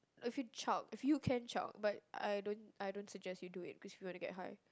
if you chug if you can chug but I don't I don't suggest you do it because you want to get high